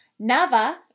Nava